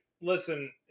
listen